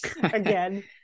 again